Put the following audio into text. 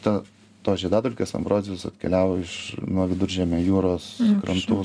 ta tos žiedadulkės ambrozijos atkeliavo iš nuo viduržemio jūros krantų